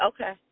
okay